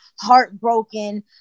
heartbroken